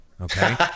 okay